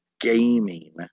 gaming